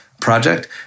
project